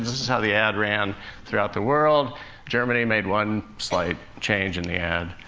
this is how the ad ran throughout the world germany made one slight change in the ad.